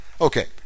okay